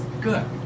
Good